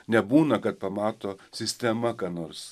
nebūna kad pamato sistema ką nors